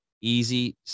easy